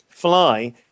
fly